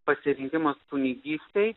pasirengimas kunigystei